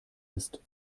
ist